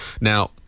Now